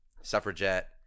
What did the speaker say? Suffragette